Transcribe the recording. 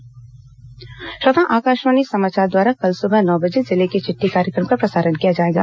जिले की चिट्ठी आकाशवाणी समाचार द्वारा कल सुबह नौ बजे जिले की चिट्ठी कार्यक्रम का प्रसारण किया जाएगा